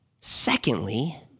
Secondly